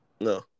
No